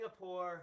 Singapore